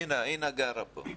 אינה גרה פה.